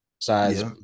Size